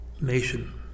Nation